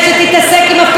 עם הנגב,